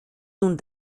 nun